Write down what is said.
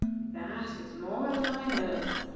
that is more than i know,